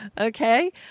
Okay